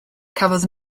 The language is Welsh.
cafodd